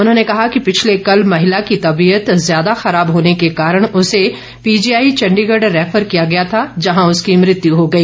उन्होंने कहा कि पिछले कल महिला की तबीयत ज़्यादा खराब होने के कारण उसे पीजीआई चण्डीगढ़ रैफर किया गया था जहां उसकी मृत्यू हो गई